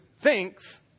thinks